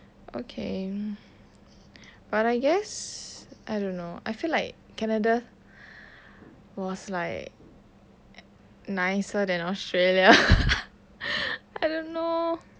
okay but I guess I don't know I feel like canada was like nicer than australia I don't know